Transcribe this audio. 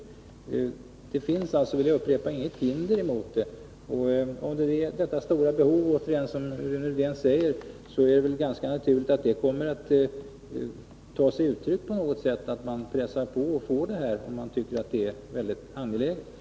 Jag vill upprepa att det inte finns något hinder mot att inrätta mellanexamen, och om behovet är så stort som Rune Rydén säger kommer det väl att ta sig uttryck på något sätt. Tycker man att det är angeläget kommer man att pressa på.